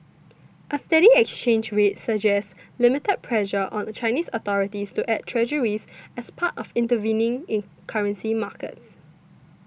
a steady exchange rate suggests limited pressure on Chinese authorities to add Treasuries as part of intervening in currency markets